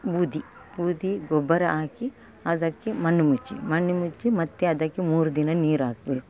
ಬೂದಿ ಬೂದಿ ಗೊಬ್ಬರ ಹಾಕಿ ಅದಕ್ಕೆ ಮಣ್ಣು ಮುಚ್ಚಿ ಮಣ್ಣು ಮುಚ್ಚಿ ಮತ್ತೆ ಅದಕ್ಕೆ ಮೂರು ದಿನ ನೀರಾಕಬೇಕು